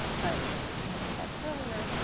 but, like i said earlier,